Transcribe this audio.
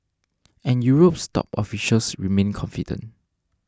and Europe's top officials remain confident